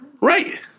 Right